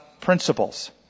principles